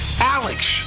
Alex